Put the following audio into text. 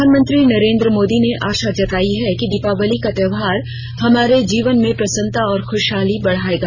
प्रधानमंत्री नरेन्द्र मोदी ने आशा जतायी है कि दीपावली का त्यौहार हमारे जीवन में प्रसन्नता और खुशहाली बढ़ाएगा